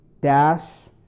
dash